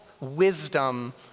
wisdom